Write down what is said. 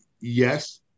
Yes